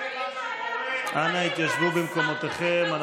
אנא התיישבו במקומותיכם.